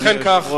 אדוני היושב-ראש.